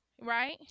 Right